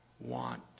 want